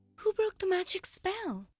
who broke the magic spell